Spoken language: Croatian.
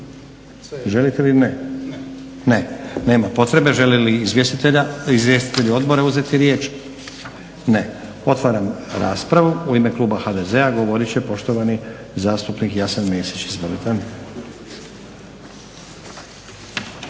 prijedlog? Ne. Nema potrebe. Žele li izvjestitelji odbora uzeti riječ? Ne. Otvaram raspravu. U ime kluba HDZ-a govorit će poštovani zastupnik Jasen Mesić. Izvolite.